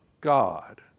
God